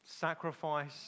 Sacrifice